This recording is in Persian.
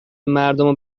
مردمو